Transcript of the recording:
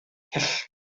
hyll